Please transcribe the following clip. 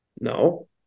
No